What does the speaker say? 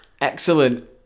excellent